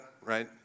right